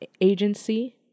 Agency